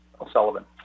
o'sullivan